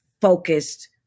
focused